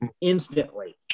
instantly